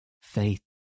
Faith